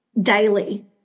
daily